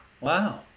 Wow